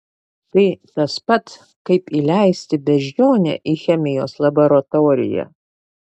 tai tas pat kaip įleisti beždžionę į chemijos laboratoriją